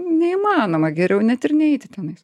neįmanoma geriau net ir neiti tenais